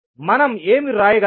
మనం ఏమి వ్రాయగలం